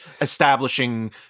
establishing